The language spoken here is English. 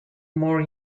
more